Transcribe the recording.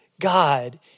God